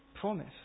promise